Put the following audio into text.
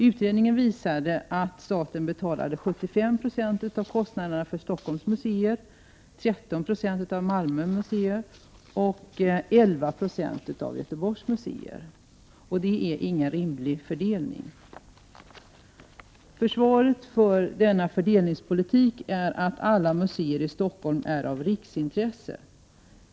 Utredningen visade att staten betalade 75 96 av kostnaderna för Stockholms museer, 13 20 av kostnaderna för Malmös museer och 11 96 av kostnaderna för Göteborgs museer. Det är ingen rimlig fördelning. Försvaret för denna fördelningspolitik är att alla museer i Stockholm är av riksintresse.